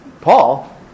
Paul